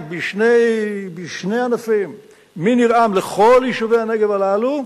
בשני ענפים מניר-עם לכל יישובי הנגב הללו,